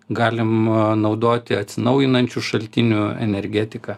galima naudoti atsinaujinančių šaltinių energetiką